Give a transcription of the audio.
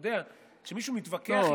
כשמישהו מתווכח איתי,